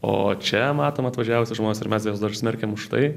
o čia matom atvažiavusius žmones ir mes juos dar smerkiam už tai